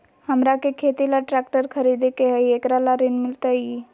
हमरा के खेती ला ट्रैक्टर खरीदे के हई, एकरा ला ऋण मिलतई?